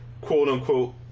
quote-unquote